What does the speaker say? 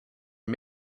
and